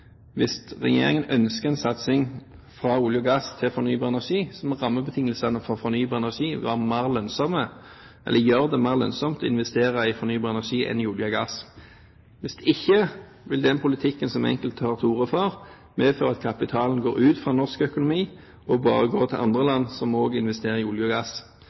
Hvis regjeringen ønsker en satsing fra olje og gass over til fornybar energi, må rammebetingelsene for fornybar energi være mer lønnsomme, eller gjøre det mer lønnsomt å investere i fornybar energi enn i olje og gass. Hvis ikke vil den politikken som enkelte tar til orde for, medføre at kapitalen går ut fra norsk økonomi og bare går til andre land som også investerer i olje og gass.